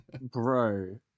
Bro